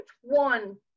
one –